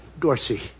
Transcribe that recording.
Dorsey